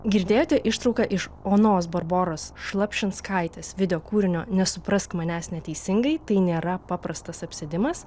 girdėjote ištrauką iš onos barboros šlapšinskaitė videokūrinio nesuprask manęs neteisingai tai nėra paprastas apsėdimas